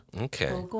Okay